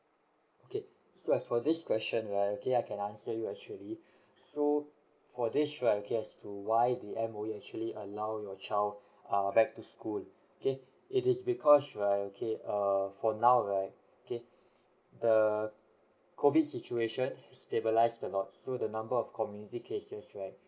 okay as for this question right okay I can answer you actually so for this right okay as to why the M_O_E actually allow your child err back to school okay it is because right okay err for now right okay the COVID situation stabilised a lot so the number of community cases right